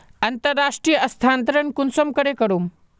अंतर्राष्टीय स्थानंतरण कुंसम करे करूम?